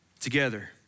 together